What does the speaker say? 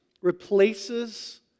replaces